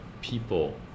people